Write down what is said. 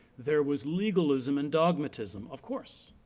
there was legalism, and dogmatism of course,